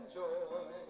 joy